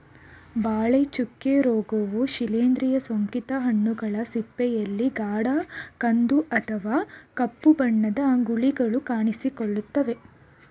ಬಾಳೆ ಚುಕ್ಕೆ ರೋಗವು ಶಿಲೀಂದ್ರ ಸೋಂಕಿತ ಹಣ್ಣುಗಳ ಸಿಪ್ಪೆಯಲ್ಲಿ ಗಾಢ ಕಂದು ಅಥವಾ ಕಪ್ಪು ಬಣ್ಣದ ಗುಳಿಗಳು ಕಾಣಿಸಿಕೊಳ್ತವೆ